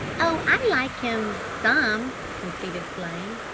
oh, i like him some, conceded flame.